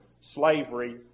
slavery